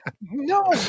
no